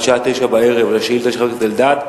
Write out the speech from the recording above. השעה 21:00 לשאילתא של חבר הכנסת אלדד,